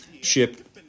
ship